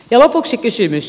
ja lopuksi kysymys